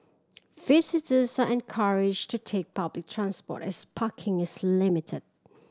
visitors are encouraged to take public transport as parking is limited